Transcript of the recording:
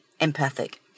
empathic